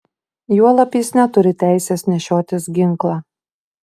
juolab jis neturi teisės nešiotis ginklą